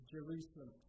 Jerusalem